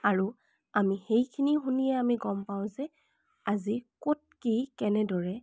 আৰু আমি সেইখিনি শুনিয়েই আমি গম পাওঁ যে আজি ক'ত কি কেনেদৰে